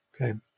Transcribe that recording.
okay